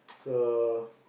so